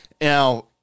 Now